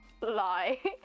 lie